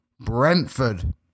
Brentford